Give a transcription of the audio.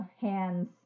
hands